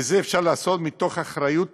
ואת זה אפשר לעשות מתוך אחריות תקציבית,